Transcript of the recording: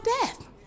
death